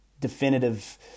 definitive